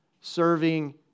serving